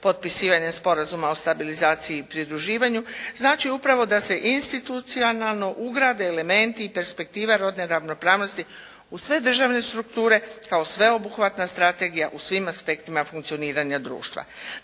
potpisivanje Sporazuma o stabilizaciji i pridruživanju znači upravo da se institucionalno ugrade elementi i perspektiva rodne ravnopravnosti u sve državne strukture kao sveobuhvatna strategija u svim aspektima funkcioniranja društva.